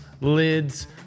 lids